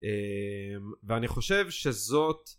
אה... ואני חושב שזאת